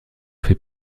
fait